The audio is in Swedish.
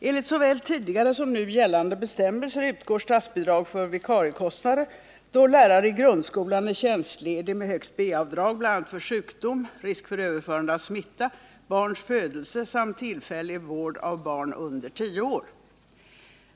Enligt såväl tidigare som nu gällande bestämmelser utgår statsbidrag för vikariekostnader då lärare i grundskolan är tjänstledig med högst B-avdrag bl.a. vid sjukdom, risk för överförande av smitta, barns födelse samt för tillfällig vård av barn under tio år.